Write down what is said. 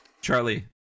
charlie